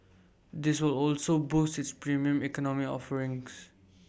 this will also boost its Premium Economy offerings